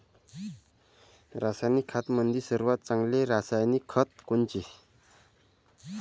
रासायनिक खतामंदी सर्वात चांगले रासायनिक खत कोनचे?